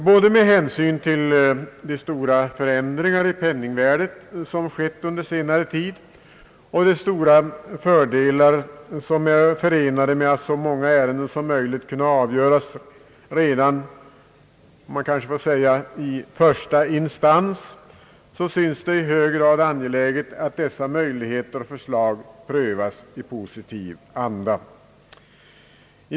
Både med hänsyn till penningvärdets stora förändring under senare tid och med tanke på de betydande fördelar som följer av att så många ärenden som möjligt kan avgöras redan — man kanske får säga — i första instans synes det i hög grad angeläget att dessa möjligheter och förslag prövas i positiv anda.